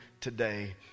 today